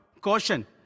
caution